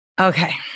Okay